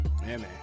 man